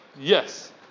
Yes